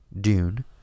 Dune